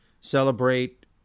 celebrate